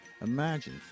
Imagine